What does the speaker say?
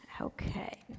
Okay